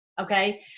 Okay